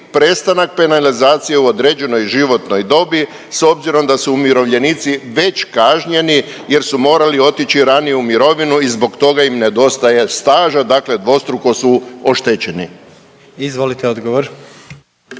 prestanak penalizacije u određenoj životnoj dobi s obzirom da su umirovljenici već kažnjeni jer su morali otići ranije u mirovinu i zbog toga im nedostaje staža, dakle dvostruko su oštećeni? **Jandroković,